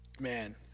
man